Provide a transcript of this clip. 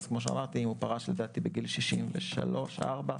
אם הוא פרש בגיל 63 64,